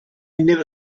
never